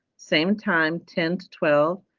same time, ten to twelve.